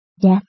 death